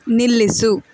ನಿಲ್ಲಿಸು